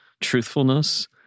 truthfulness